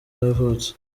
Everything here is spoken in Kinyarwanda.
yavutse